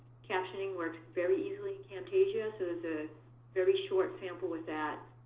captioning works very easily in camtasia, so there's a very short sample with that,